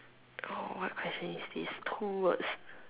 oh what question is this two words